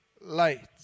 light